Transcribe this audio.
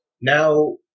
Now